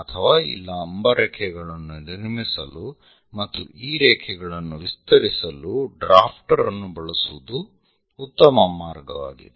ಅಥವಾ ಈ ಲಂಬ ರೇಖೆಗಳನ್ನು ನಿರ್ಮಿಸಲು ಮತ್ತು ಈ ರೇಖೆಗಳನ್ನು ವಿಸ್ತರಿಸಲು ಡ್ರಾಫ್ಟರ್ ಅನ್ನು ಬಳಸುವುದು ಉತ್ತಮ ಮಾರ್ಗವಾಗಿದೆ